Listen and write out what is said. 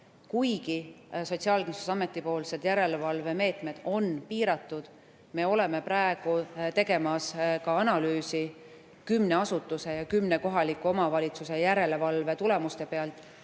kuigi Sotsiaalkindlustusameti järelevalvemeetmed on piiratud. Me oleme praegu tegemas analüüsi kümne asutuse ja kümne kohaliku omavalitsuse järelevalve tulemuste pealt,